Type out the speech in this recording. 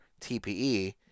TPE